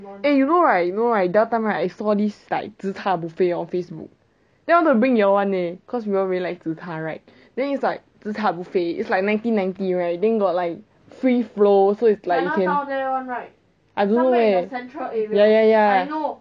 eh you know right you know right the other time right I saw this like zi char buffet on facebook then I wanted to bring you all [one] leh cause you all really like zi char right then it's like zi char buffet it's like nineteen ninety right then got like free flow so it's like I don't know leh ya ya ya